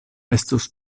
estus